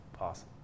Awesome